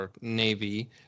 navy